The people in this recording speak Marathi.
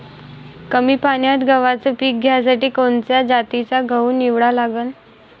कमी पान्यात गव्हाचं पीक घ्यासाठी कोनच्या जातीचा गहू निवडा लागन?